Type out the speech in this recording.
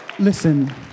Listen